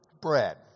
Bread